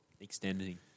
extending